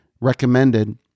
recommended